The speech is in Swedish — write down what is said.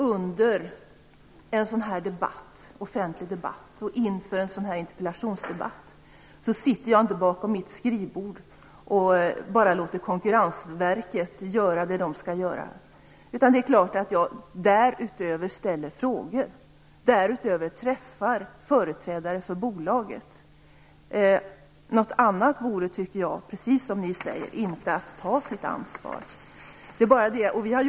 Under en offentlig debatt och inför en interpellationsdebatt sitter jag inte bara bakom mitt skrivbord och låter Konkurrensverket göra vad man skall göra. Det är klart att jag dessutom ställer frågor och träffar företrädare för bolaget. Något annat vore, precis som ni säger, inte att ta sitt ansvar.